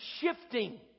shifting